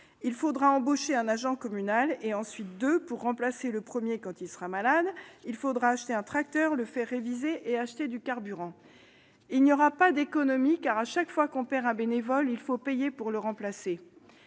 Il faudra embaucher un agent communal, puis un autre, pour remplacer le premier quand celui-ci sera malade. Il faudra acheter un tracteur, le faire réviser, acheter du carburant. Il n'y aura pas d'économies, car, à chaque fois que l'on perd un bénévole, il faut payer pour le remplacer.